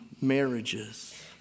marriages